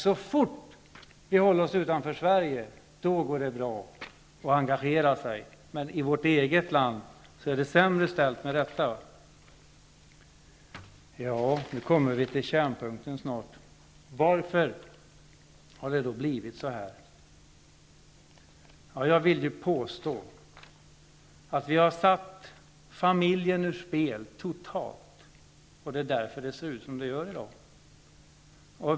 Så fort vi kommer utanför Sverige går det bra att engagera sig, men i vårt eget land är det sämre ställt. Nu kommer vi snart till kärnpunkten. Varför har det då blivit så här? Jag vill påstå att vi totalt har satt familjen ur spel och att det är därför det i dag ser ut som det gör.